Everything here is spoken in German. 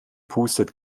pustet